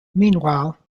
meanwhile